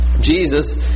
Jesus